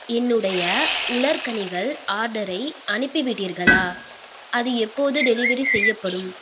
என்னுடைய உலர்கனிகள் ஆர்டரை அனுப்பிவிட்டீர்களா அது எப்போது டெலிவரி செய்யப்படும்